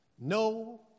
no